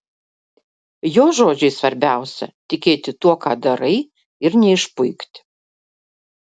jo žodžiais svarbiausia tikėti tuo ką darai ir neišpuikti